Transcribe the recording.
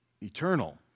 eternal